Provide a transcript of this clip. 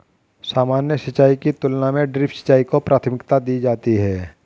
सामान्य सिंचाई की तुलना में ड्रिप सिंचाई को प्राथमिकता दी जाती है